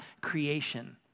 creation